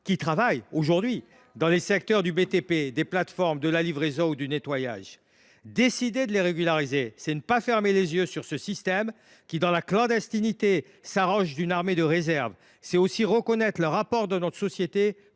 travaillent dans les secteurs du BTP, des plateformes, de la livraison ou du nettoyage. Décider de les régulariser, c’est refuser de fermer les yeux sur ce système qui, dans la clandestinité, s’arrange d’une armée de réserve. C’est aussi reconnaître leur apport à notre société